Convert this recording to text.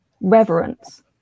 reverence